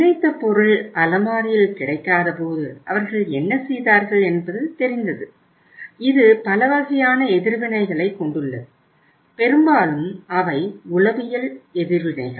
நினைத்த பொருள் அலமாரியில் கிடைக்காதபோது அவர்கள் என்ன செய்தார்கள் என்பது தெரிந்தது இது பல வகையான எதிர்வினைகளைக் கொண்டுள்ளது பெரும்பாலும் அவை உளவியல் எதிர்வினைகள்